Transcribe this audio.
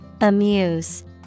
Amuse